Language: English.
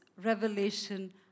revelation